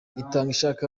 itangishaka